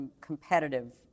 competitive